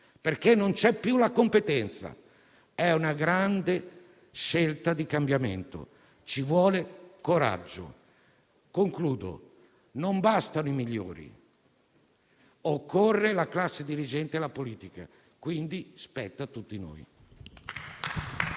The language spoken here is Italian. perché non c'è più la competenza. È una grande scelta di cambiamento, ci vuole coraggio. Concludo: non bastano i migliori, ma occorre la classe dirigente e la politica, quindi spetta a tutti noi.